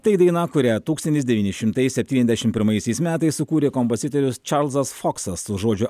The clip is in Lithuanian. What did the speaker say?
tai daina kurią tūkstantis devyni šimtai septyniasdešimt pirmaisiais metais sukūrė kompozitorius čarlzas foksas su žodžių